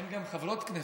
אין גם חברות כנסת,